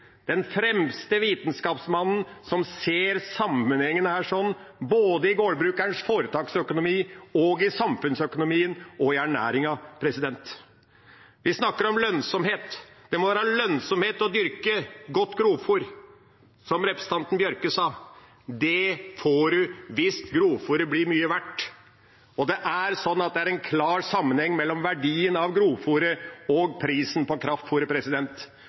den fremste vitenskapsmannen som ser sammenhengene, både i gårdbrukerens foretaksøkonomi, i samfunnsøkonomien og i ernæringa. Vi snakker om lønnsomhet. Det må være lønnsomt å dyrke godt grovfôr, som representanten Bjørke sa. Det blir det hvis grovfôret blir mye verdt, og det er en klar sammenheng mellom verdien av grovfôret og prisen på